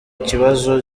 kibazo